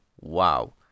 wow